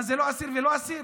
מה, זה אסיר וזה אסיר.